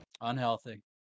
Unhealthy